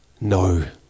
no